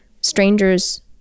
strangers